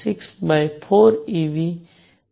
64 eV 13